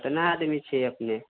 केतना आदमी छी अपने